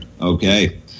Okay